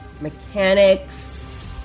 mechanics